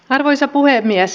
arvoisa puhemies